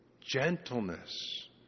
gentleness